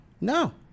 No